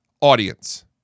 audience